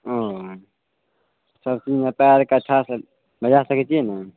ओ सबजीमे तऽ सकै छियै ने